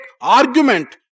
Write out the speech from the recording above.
argument